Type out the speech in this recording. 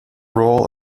role